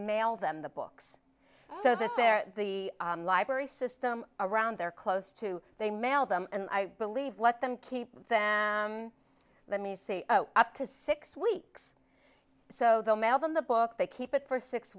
mail them the books so that there the library system around there close to they mail them and i believe let them keep let me see up to six weeks so they'll mail them the book they keep it for six